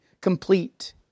complete